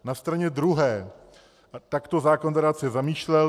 Na straně druhé takto zákon garance zamýšlel.